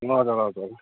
हजुर हजुर